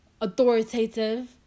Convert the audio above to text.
authoritative